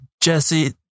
Jesse